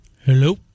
Hello